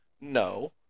no